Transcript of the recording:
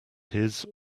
his